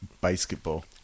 Basketball